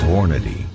Hornady